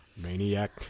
Maniac